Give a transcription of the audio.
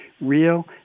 real